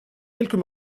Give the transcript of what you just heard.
quelques